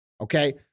okay